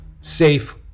safe